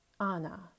Anna